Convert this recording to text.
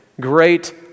Great